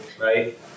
right